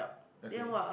okay